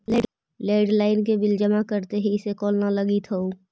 landline के bill जमा कर देहीं, इसे कॉल न लगित हउ